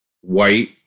white